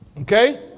Okay